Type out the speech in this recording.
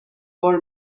بار